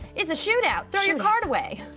it's a shootout, throw your card away.